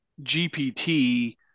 GPT